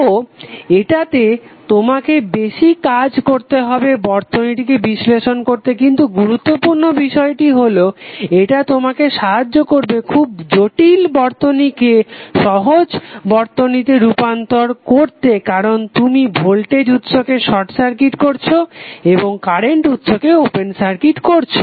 তো এটাতে তোমাকে বেশি কাজ করতে হবে বর্তনীটিকে বিশ্লেষণ করতে কিন্তু গুরুত্বপূর্ণ বিষয়টি হলো এটা তোমাকে সাহায্য করবে খুব জটিল বর্তনীটিকে সহজ বর্তনীতে রূপান্তর করতে কারণ তুমি ভোল্টেজ উৎসকে শর্ট সার্কিট করছ এবং কারেন্ট উৎসকে ওপেন সার্কিট করছো